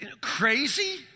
Crazy